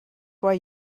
why